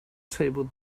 table